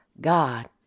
God